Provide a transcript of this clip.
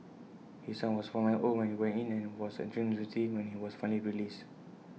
his son was five months old when he went in and was entering university when he was finally released